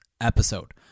episode